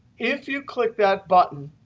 if you click that button,